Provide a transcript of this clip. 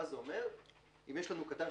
זה אומר שאם יש לנו כט"מ,